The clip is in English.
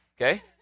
Okay